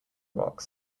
rocks